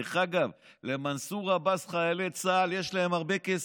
דרך אגב, למנסור עבאס, חיילי צה"ל, יש הרבה כסף.